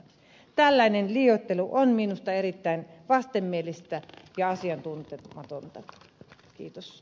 tällainen liioittelu on minusta erittäin vastenmielistä ja asiantuntematonta